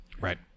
right